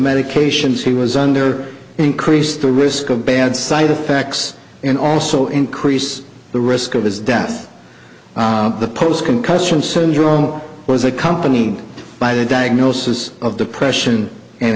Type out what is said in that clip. medications he was under increased the risk of bad side effects and also increase the the risk of his death the post concussion syndrome was accompanied by the diagnosis of depression and